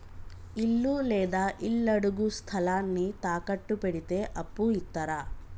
ఇల్లు లేదా ఇళ్లడుగు స్థలాన్ని తాకట్టు పెడితే అప్పు ఇత్తరా?